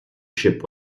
ship